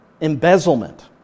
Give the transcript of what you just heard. embezzlement